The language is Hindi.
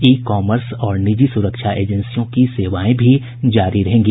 ई कॉमर्स और निजी सुरक्षा एजेंसियों की सेवाएं भी जारी रहेंगी